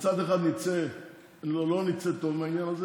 מצד אחד לא נצא טוב מן העניין הזה,